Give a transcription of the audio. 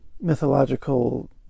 mythological